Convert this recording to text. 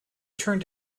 turned